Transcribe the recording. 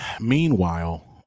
Meanwhile